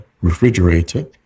refrigerator